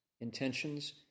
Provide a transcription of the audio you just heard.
intentions